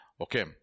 Okay